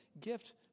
gift